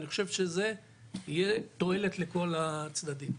אני חושב שזה יהיה תועלת לכל הצדדים.